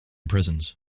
prisons